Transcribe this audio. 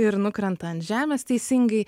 ir nukrenta ant žemės teisingai